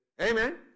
Amen